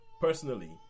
personally